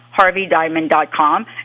HarveyDiamond.com